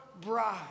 bride